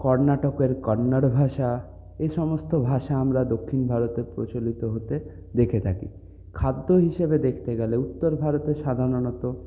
কর্ণাটকের কন্নড় ভাষা এই সমস্ত ভাষা আমরা দক্ষিণ ভারতে প্রচলিত হতে দেখে থাকি খাদ্য হিসেবে দেখতে গেলে উত্তর ভারতে সাধারণত